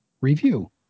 review